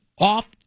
off